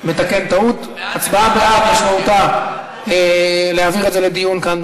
נתקן טעות: הצבעה בעד משמעותה להעביר את זה לדיון כאן,